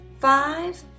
five